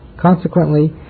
Consequently